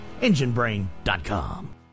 Enginebrain.com